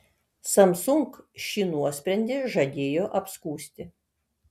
samsung šį nuosprendį žadėjo apskųsti